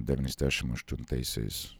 devyniasdešim aštuntaisiais